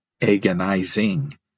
agonizing